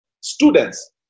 students